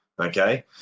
Okay